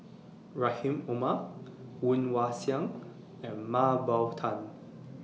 Rahim Omar Woon Wah Siang and Mah Bow Tan